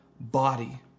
body